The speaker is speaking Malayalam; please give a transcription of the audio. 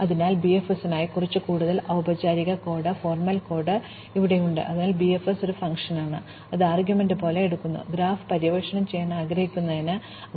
അതിനാൽ ബിഎഫ്എസിനായി കുറച്ച് കൂടുതൽ ഔപചാരിക കോഡ് ഇവിടെയുണ്ട് അതിനാൽ ബിഎഫ്എസ് ഒരു ഫംഗ്ഷനാണ് അത് ആർഗ്യുമെൻറ് പോലെ എടുക്കുന്നു ഗ്രാഫ് പര്യവേക്ഷണം ചെയ്യാൻ ആഗ്രഹിക്കുന്നിടത്ത് നിന്ന്